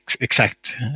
exact